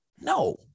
no